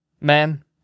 Man